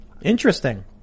interesting